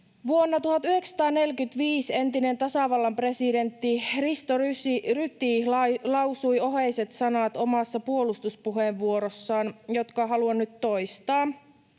Vuonna 1945 entinen tasavallan presidentti Risto Ryti lausui oheiset sanat omassa puolustuspuheenvuorossaan, jotka haluan nyt toistaa: